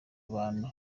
bantu